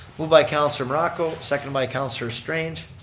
moved by councilor morocco, seconded by councilor strange.